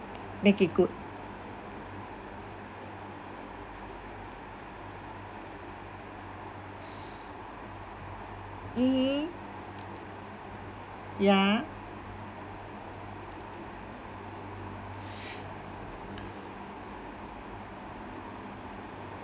make it good mmhmm ya